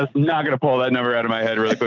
ah not going to pull that number out of my head real but